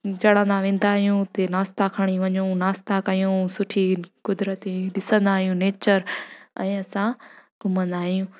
चढ़ंदा वेंदा आहियूं हुते नाश्ता खणी वञूं नाश्ता कयूं सुठी क़ुदिरती ॾिसंदा आहियूं नेचर ऐं असां घुमंदा आहियूं